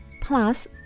plus